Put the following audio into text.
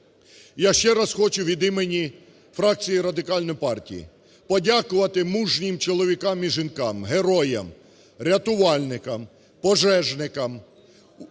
я ще раз хочу від імені фракції Радикальної партії подякувати мужнім чоловікам і жінкам, героям – рятувальникам, пожежникам,